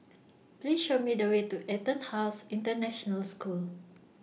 Please Show Me The Way to Etonhouse International School